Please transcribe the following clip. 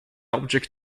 object